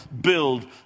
build